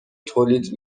تولید